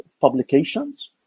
publications